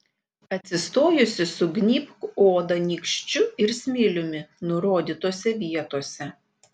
atsistojusi sugnybk odą nykščiu ir smiliumi nurodytose vietose